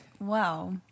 Wow